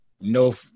no –